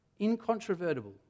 Incontrovertible